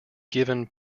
given